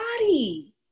body